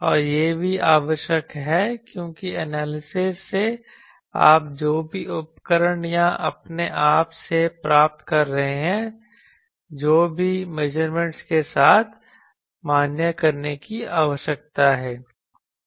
और यह भी आवश्यक है क्योंकि एनालिसिस से आप जो भी उपकरण या अपने आप से प्राप्त कर रहे हैं जो भी मेजरमेंटस के साथ मान्य करने की आवश्यकता है